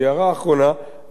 אני רוצה להתייחס לדבריך